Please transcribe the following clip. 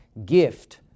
gift